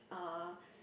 uh